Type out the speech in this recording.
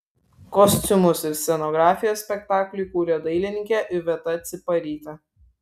kostiumus ir scenografiją spektakliui kūrė dailininkė iveta ciparytė